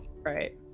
Right